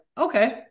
okay